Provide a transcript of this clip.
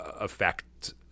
affect